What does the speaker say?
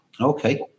Okay